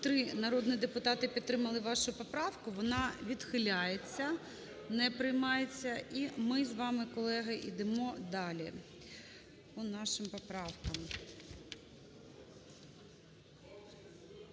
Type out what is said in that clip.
43 народних депутатів підтримали вашу поправку. Вона відхиляється, не приймається. І ми з вами, колеги, ідемо далі по нашим поправкам.